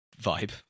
vibe